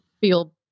feel